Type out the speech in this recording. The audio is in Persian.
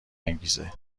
انگیزه